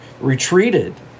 retreated